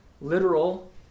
literal